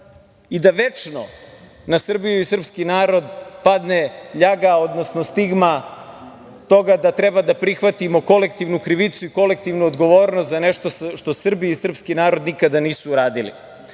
i da večno na Srbiju i srpski narod padne ljaga, odnosno stigma toga da treba da prihvatimo kolektivnu krivicu i kolektivnu odgovornost za nešto što Srbi i srpski narod nikada nisu uradili.Za